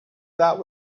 that